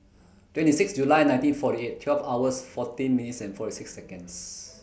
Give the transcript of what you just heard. twenty six July nineteen forty eight twelve hours fourteen minutes and forty six Seconds